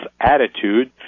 Attitude